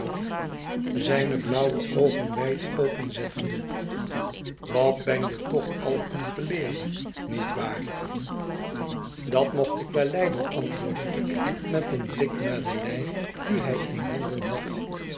zijne blauwe oogen wijd openzettende wat ben je toch al een geleerde niet waar dat mocht ik wel lijden antwoordde ik met een blik naar de lei die hij in handen had